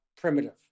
Primitive